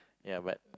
ya but